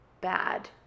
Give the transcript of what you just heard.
bad